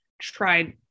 tried